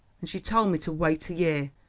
and she told me to wait a year.